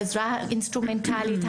העזרה האינסטרומנטלית,